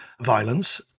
violence